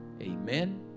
amen